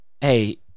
hey